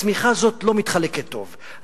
הצמיחה הזאת לא מתחלקת טוב.